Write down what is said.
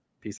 Peace